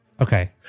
Okay